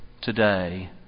today